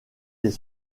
des